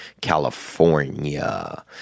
California